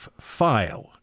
file